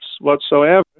whatsoever